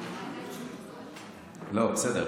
לא, בסדר.